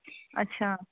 अच्छा